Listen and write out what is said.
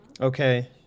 okay